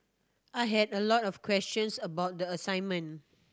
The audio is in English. I had a lot of questions about the assignment